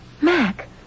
Mac